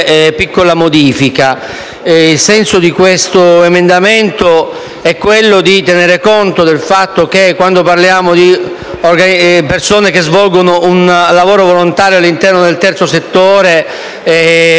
piccola modifica. Il senso dell'emendamento 5.206 è di tenere conto del fatto che, quando parliamo di persone che svolgono un lavoro volontario all'interno del terzo settore,